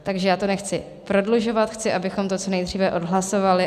Takže já to nechci prodlužovat, chci, abychom to co nejdříve odhlasovali.